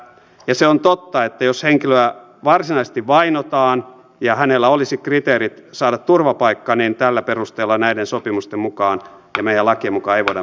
se on totta että jos henkilöä varsinaisesti vainotaan ja hänellä olisi kriteerit saada turvapaikka niin tällä perusteella näiden sopimusten mukaan ja meidän lakiemme mukaan ei voida olla myöntämättä